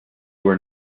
were